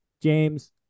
James